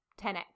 10x